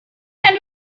and